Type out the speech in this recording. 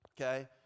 Okay